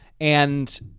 And-